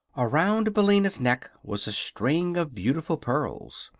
around billina's neck was a string of beautiful pearls,